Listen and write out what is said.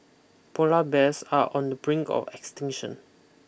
polar bears are on the brink of extinction